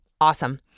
awesome